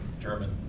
German